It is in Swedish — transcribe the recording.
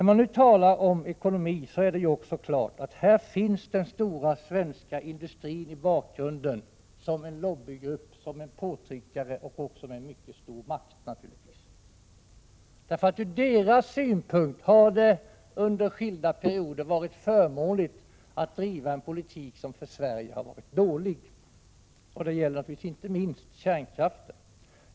Då man nu talar om ekonomi är det också klart att här finns den stora svenska industrin i bakgrunden som lobbygrupp och påtryckare, och den har naturligtvis mycket stor makt. Ur dess synpunkt har det under skilda perioder varit förmånligt att driva en politik som för Sverige varit dålig. Detta gäller inte minst kärnkraften.